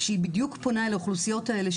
שפונה בדיוק אל האוכלוסיות האלה,